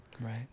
Right